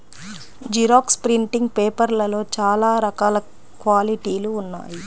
xerox printing పేపర్లలో చాలా రకాల క్వాలిటీలు ఉన్నాయి